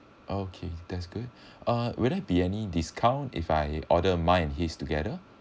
okay that's good uh will there be any discount if I order mine and his together